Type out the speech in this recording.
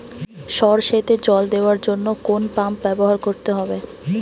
সরষেতে জল দেওয়ার জন্য কোন পাম্প ব্যবহার করতে হবে?